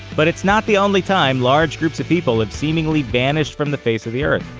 but it's not the only time large groups of people have seemingly vanished from the face of the earth.